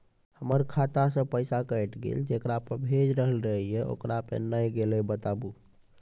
हमर खाता से पैसा कैट गेल जेकरा पे भेज रहल रहियै ओकरा पे नैय गेलै बताबू?